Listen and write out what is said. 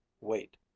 Wait